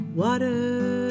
water